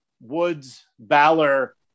Woods-Balor